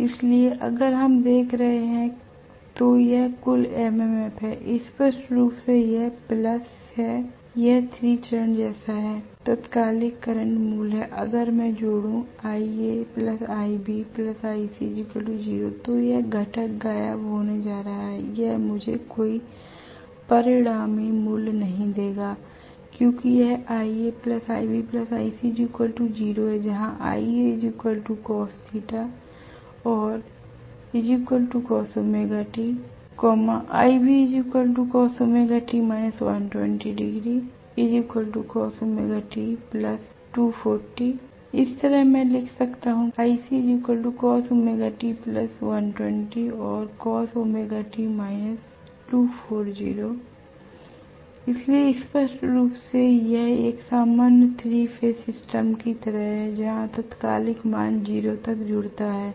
इसलिए अगर हम इसे देख रहे हैं तो यह कुल MMF है स्पष्ट रूप से यह प्लस यह 3 चरण जैसा है तात्कालिक करंट मूल्य हैं अगर मैं जोडू तो यह घटक गायब होने जा रहा है यह मुझे कोई परिणामी मूल्य नहीं देगा क्योंकि यह जहाँ or इस तरह मैं इसे लिख सकता हूं or इसलिए स्पष्ट रूप से यह एक सामान्य 3 फेज सिस्टम की तरह है जहाँ तात्कालिक मान 0 तक जुड़ता हैं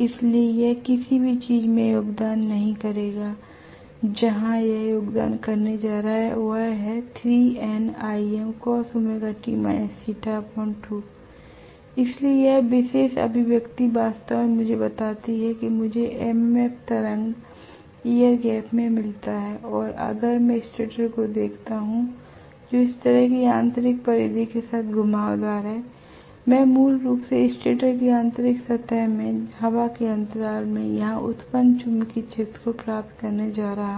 इसलिए यह किसी भी चीज में योगदान नहीं करेगा जहां यह योगदान करने जा रहा है वह हैं इसलिए यह विशेष अभिव्यक्ति वास्तव में मुझे बताती है कि मुझे एमएमएफ तरंगMMF wave flux wave air gap में मिलता है अगर मैं स्टेटर को देखता हूं जो इस तरह की आंतरिक परिधि के साथ घुमावदार है l मैं मूल रूप से स्टेटर की आंतरिक सतह में हवा के अंतराल में यहाँ उत्पन्न चुंबकीय क्षेत्र को प्राप्त करने जा रहा हूं